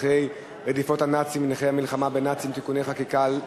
הנאצים ונכי המלחמה בנאצים (תיקוני חקיקה),